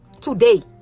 Today